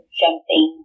jumping